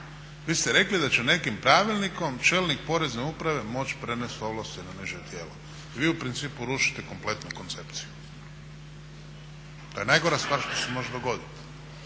vi ste rekli da će nekim pravilnikom čelnik Porezne uprave moći prenesti ovlasti na …tijelo i vi u principu rušite kompletnu koncepciju. To je najgora stvar što se može dogoditi.